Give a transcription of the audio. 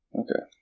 okay